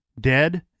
dead